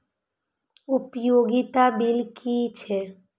उपयोगिता बिल कि छै?